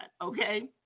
okay